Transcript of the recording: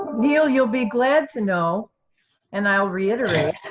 neil, you'll be glad to know and i will reiterate,